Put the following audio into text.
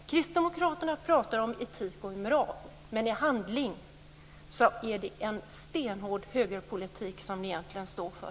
Kristdemokraterna pratar om etik och moral. Men i handling är det en stenhård högerpolitik som ni egentligen står för.